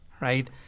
right